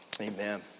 Amen